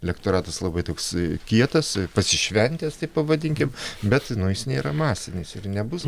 elektoratas labai toks kietas pasišventęs taip pavadinkim bet jis nėra masinis ir nebus